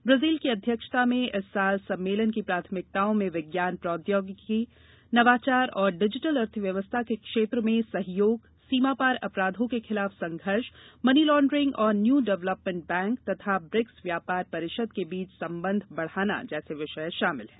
Brazil की अध्यक्षता में इस वर्ष सम्मेलन की प्राथमिकताओं में विज्ञान प्रौद्योगिकी नवाचार और डिजिटल अर्थव्यवस्था के क्षेत्र में सहयोग सीमापार अपराधों के खिलाफ संघर्ष मनी लॉडरिंग और न्यू डेवलेपमेंट बैंक तथा ब्रिक्स व्यापार परिषद के बीच सम्बंध बढ़ाना जैसे विषय शामिल हैं